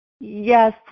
Yes